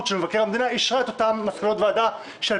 של מבקר המדינה אישרה את אותן מסקנות ועדה שעל